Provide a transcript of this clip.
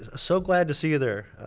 ah so glad to see you there,